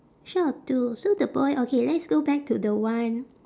short of two so the boy okay let's go back to the one